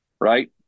right